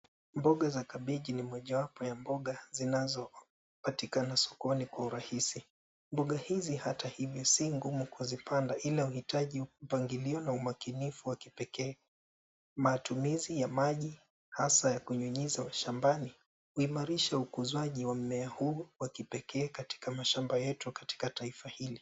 Mboga za kabichi ni mojawapo ya mboga zinazopatika sokoni kwa urahisi. Mboga hizi hata hivyo si ngumu kuzipanda ila huhitaji mpangilio na umakinifu wa pekee. Matumizi ya maji hasa ya kunyunyiza shambani huimarisha ukuzaji wa mimea huu wa kipekee katika mashamba yetu katika taifa hili.